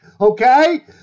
Okay